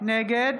נגד